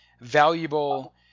valuable –